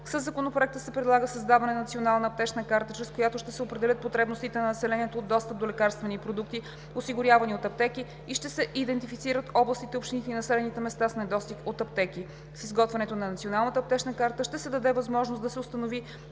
Със Законопроекта се предлага създаване на Национална аптечна карта, чрез която ще се определят потребностите на населението от достъп до лекарствени продукти, осигурявани от аптеки, и ще се идентифицират областите, общините и населените места с недостиг от аптеки. С изготвянето на Национална аптечна карта ще се даде възможност да се установи